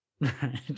Right